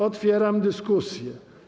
Otwieram dyskusję.